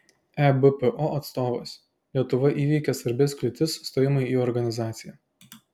ebpo atstovas lietuva įveikė svarbias kliūtis stojimui į organizaciją